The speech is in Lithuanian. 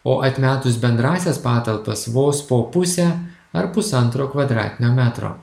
o atmetus bendrąsias patalpas vos po pusę ar pusantro kvadratinio metro